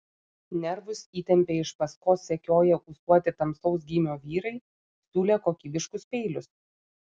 nervus įtempė iš paskos sekioję ūsuoti tamsaus gymio vyrai siūlę kokybiškus peilius